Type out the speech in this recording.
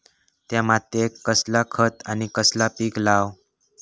त्या मात्येत कसला खत आणि कसला पीक लाव?